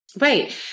Right